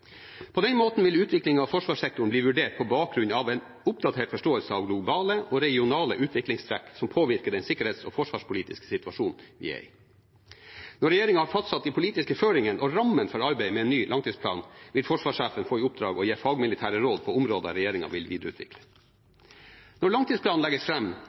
På den måten vil utviklingen av forsvarssektoren bli vurdert på bakgrunn av en oppdatert forståelse av globale og regionale utviklingstrekk som påvirker den sikkerhets- og forsvarspolitiske situasjonen vi er i. Når regjeringen har fastsatt de politiske føringene og rammene for arbeidet med en ny langtidsplan, vil forsvarssjefen få i oppdrag å gi fagmilitære råd på områder som regjeringen vil videreutvikle. Når langtidsplanen legges